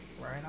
right